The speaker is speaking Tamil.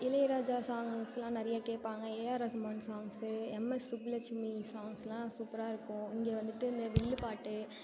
இளையராஜா சாங்ஸ்லாம் நிறைய கேட்பாங்க A R Rahman songs M S Subbulakshmi சாங்ஸ்லாம் சூப்பராக இருக்கும் இங்கே வந்துட்டு இந்த வில்லுப்பாட்டு